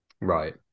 Right